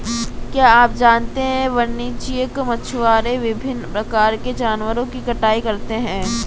क्या आप जानते है वाणिज्यिक मछुआरे विभिन्न प्रकार के जानवरों की कटाई करते हैं?